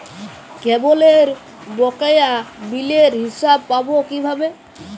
কেবলের বকেয়া বিলের হিসাব পাব কিভাবে?